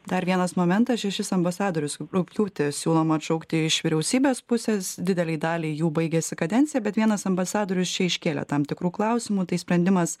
dar vienas momentas šešis ambasadorius rugpjūtį siūloma atšaukti iš vyriausybės pusės didelei daliai jų baigėsi kadencija bet vienas ambasadorius čia iškėlė tam tikrų klausimų tai sprendimas